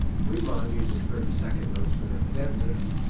riemann uses thirty-second notes for the cadenzas,